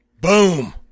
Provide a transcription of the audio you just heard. Boom